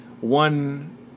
one